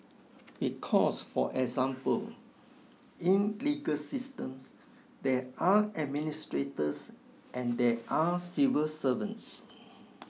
because for example in legal systems there are administrators and there are civil servants